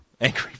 angry